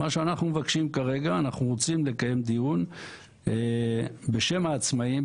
מה שאנחנו מבקשים כרגע אנחנו רוצים לקיים דיון בשם העצמאים,